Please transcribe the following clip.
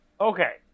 Okay